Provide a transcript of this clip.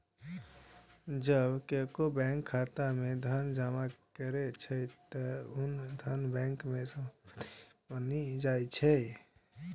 जब केओ बैंक खाता मे धन जमा करै छै, ते ऊ धन बैंक के संपत्ति बनि जाइ छै